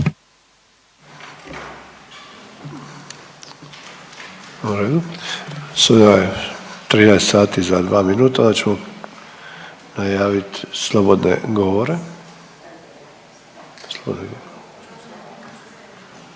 Sada je 13,00 sati za dva minuta, onda ćemo najaviti slobodne govore. Evo